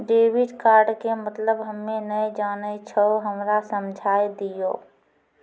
Debit card के मतलब हम्मे नैय जानै छौ हमरा समझाय दियौ?